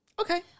Okay